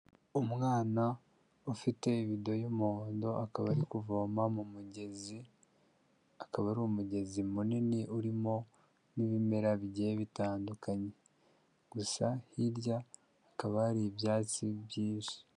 Umwana ufite ibido y'umuhondo, akaba ari kuvoma mu mugezi, akaba ari umugezi munini urimo n'ibimera bigiye bitandukanye, gusa hirya hakaba hari ibyatsi byinshi.